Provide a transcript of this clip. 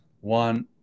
one